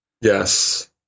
Yes